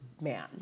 Man